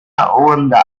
rwanda